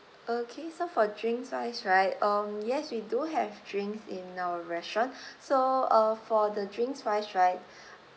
okay so for drinks wise right um yes we do have drinks in our restaurant so uh for the drinks wise right